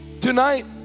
Tonight